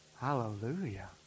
hallelujah